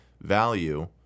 value